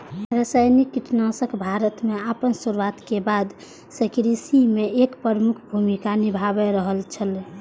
रासायनिक कीटनाशक भारत में आपन शुरुआत के बाद से कृषि में एक प्रमुख भूमिका निभाय रहल छला